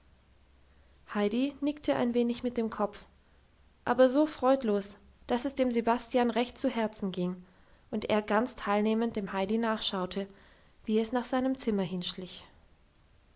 heidi nickte ein wenig mit dem kopf aber so freudlos dass es dem sebastian recht zu herzen ging und er ganz teilnehmend dem heidi nachschaute wie es nach seinem zimmer